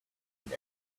and